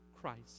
christ